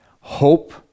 hope